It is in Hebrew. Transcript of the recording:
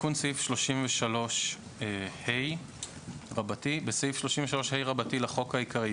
תיקון סעיף 33ה 4. בסעיף 33ה לחוק העיקרי,